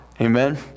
Amen